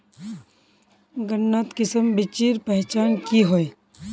गन्नात किसम बिच्चिर पहचान की होय?